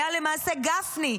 היה למעשה גפני,